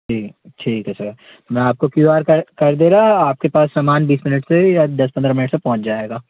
ठीक ठीक है सर मैं आपको क्यू आर पहले कर दे रहा आपके पास समान बीस मिनट से या दस पंद्रह मिनट तक पहुँच जाएगा